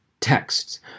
texts